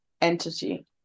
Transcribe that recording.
entity